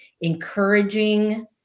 encouraging